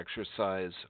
exercise